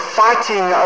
fighting